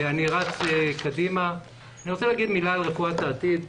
אני רוצה לומר מילה על רפואת העתיד.